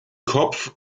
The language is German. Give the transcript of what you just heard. kopf